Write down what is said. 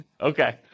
Okay